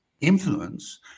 influence